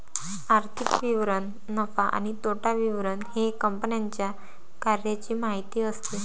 आर्थिक विवरण नफा आणि तोटा विवरण हे कंपन्यांच्या कार्याची माहिती असते